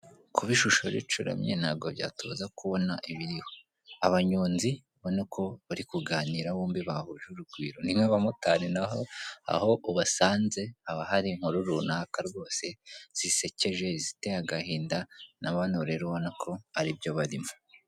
Kuba ishusho ricuramye ntabwo byatubuza kubona ibiriho. Abanyonzi ubona ko bari kuganira bombi bahuje urugwiro. Ni nk'abamotari na ho, aho ubasanze haba hari inkuru runaka rwose, zisekeje, iziteye agahinda, na bano rero ubona ko ari byo barimo.